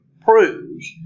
proves